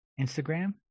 Instagram